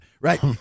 right